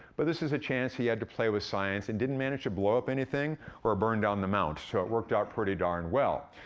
but this is a chance he had to play with science and didn't manage to blow up anything or burn down the mount, so it worked out pretty darn well.